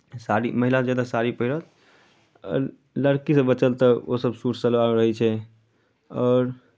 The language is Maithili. साड़ी महिला ज्यादा साड़ी पहिरत आओर लड़कीसभ बचल तऽ ओसभ सूट सलवार रहै छै आओर